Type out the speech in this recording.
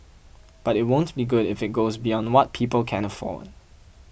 but it won't be good if it goes beyond what people can afford